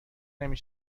نمی